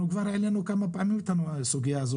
אנחנו העלינו כבר כמה פעמים את הסוגיה של